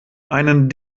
einen